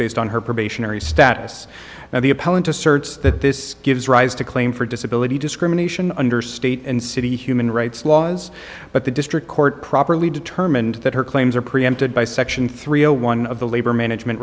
based on her probationary status now the appellant asserts that this gives rise to claim for disability discrimination under state and city human rights laws but the district court properly determined that her claims are preempted by section three zero one of the labor management